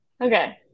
Okay